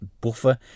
buffer